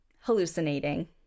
hallucinating